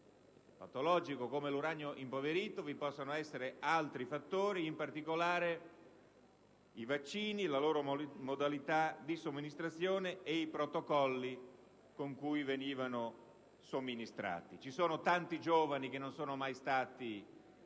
patogeno come l'uranio impoverito vi possano essere altri fattori, in particolare i vaccini e la loro modalità di somministrazione, e i protocolli con cui venivano somministrati. Ci sono tanti giovani che non sono mai stati